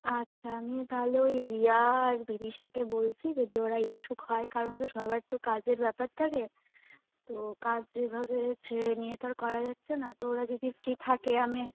আচ্ছা আমিও তাহলে ওই রিয়া আর বিদিশাকে বলছি যদি ওরা ইচ্ছুক হয় কারণ তো সবার তো কাজের ব্যাপার থাকে তো কাজ যেভাবে ছেড়ে নিয়ে তো আর করা যাচ্ছে না তো ওরা যদি ফ্রি থাকে আমি